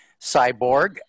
cyborg